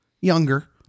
younger